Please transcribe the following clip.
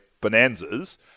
bonanzas